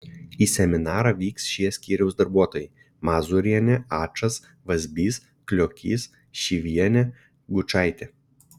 į seminarą vyks šie skyriaus darbuotojai mazūrienė ačas vazbys kliokys šyvienė gučaitė